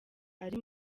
ari